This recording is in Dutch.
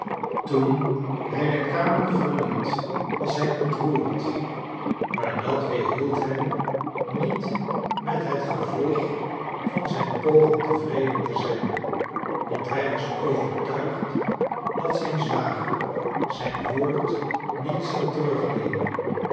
toen hij de kamer verliet was hij ontroerd maar dat weerhield hem niet met het gevolg van zijn pogen tevreden te zijn want hij was overtuigd dat zijn zwager zijn woord niet zou terugnemen